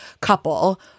couple